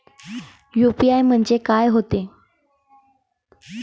UPI म्हणजे का होते?